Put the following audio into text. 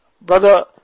brother